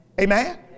Amen